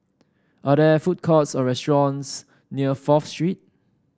are there food courts or restaurants near Fourth Street